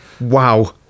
Wow